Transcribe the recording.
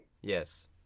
Yes